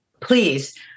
please